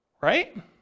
right